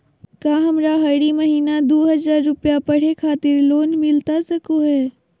का हमरा हरी महीना दू हज़ार रुपया पढ़े खातिर लोन मिलता सको है?